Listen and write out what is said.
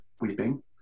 weeping